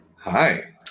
Hi